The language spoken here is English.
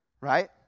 Right